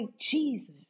Jesus